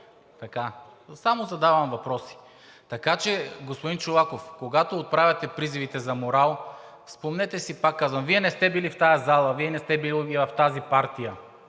Само задавам въпроси. Така че, господин Чолаков, когато отправяте призивите за морал, спомнете си, пак казвам – Вие не сте бил в тази зала, Вие не сте бил и в тази партия,